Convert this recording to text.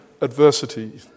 adversity